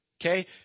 Okay